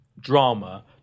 drama